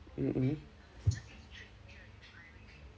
mmhmm